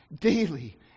daily